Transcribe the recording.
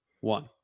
one